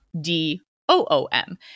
D-O-O-M